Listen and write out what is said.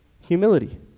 humility